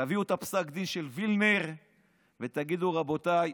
תביאו את פסק הדין של וילנר ותגידו: רבותיי,